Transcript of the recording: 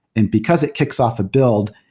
and because it kicks off a build,